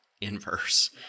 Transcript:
inverse